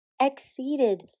Exceeded